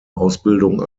ausbildung